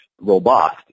robust